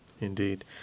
indeed